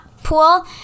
pool